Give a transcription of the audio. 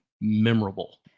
memorable